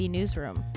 Newsroom